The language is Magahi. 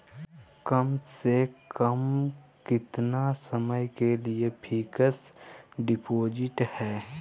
कम से कम कितना समय के लिए फिक्स डिपोजिट है?